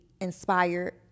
inspired